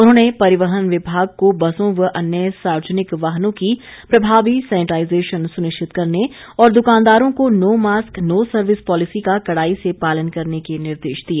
उन्होंने परिवहन विभाग को बसों व अन्य सार्वजनिक वाहनों की प्रभावी सैनिटाइजेशन सुनिश्चित करने और दुकानदारों को no mask no service policy का कड़ाई से पालन करने के निर्देश दिए